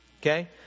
Okay